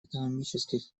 экономических